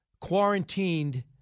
quarantined